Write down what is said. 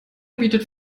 bietet